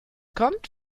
kommt